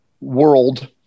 world